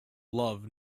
love